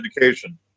education